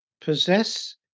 possess